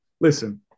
Listen